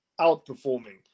outperforming